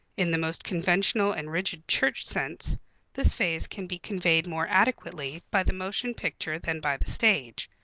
in the most conventional and rigid church sense this phase can be conveyed more adequately by the motion picture than by the stage.